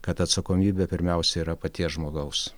kad atsakomybė pirmiausia yra paties žmogaus